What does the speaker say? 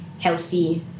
healthy